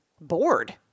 bored